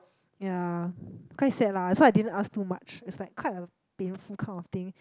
ya quite sad lah so I didn't ask too much is like quite a painful kind of thing